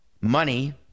money